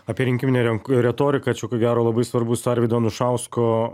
apie rinkiminę renk retoriką čia ko gero labai svarbus arvydo anušausko